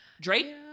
drake